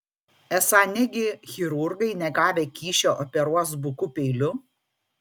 esą negi chirurgai negavę kyšio operuos buku peiliu